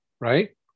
right